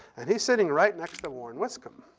and he's sitting right next to warren wiscombe.